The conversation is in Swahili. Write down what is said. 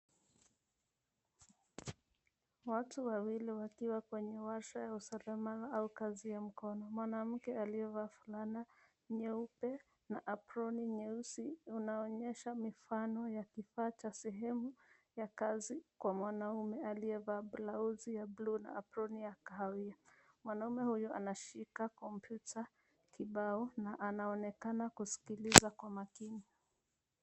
Watu wawili wakiwa kwenye warsha ya usalama au kazi ya mkono. Mwanamke aliyevaa fulana ya nyeupe na aproni nyeusi, unaonyesha mifano ya kifaa cha sehemu ya kazi kwa mwanamume aliyevaa blausi ya blue na aproni ya kahawia. Mwanamume huyu anashika kompyuta kibao na anaonekana kuskiliza kwa makini.